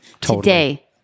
today